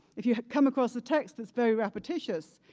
if you have come across a text that's very repetitious,